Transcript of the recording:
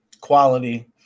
quality